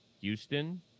Houston